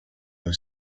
have